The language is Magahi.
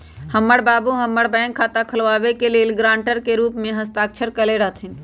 हमर बाबू हमर बैंक खता खुलाबे के लेल गरांटर के रूप में हस्ताक्षर कयले रहथिन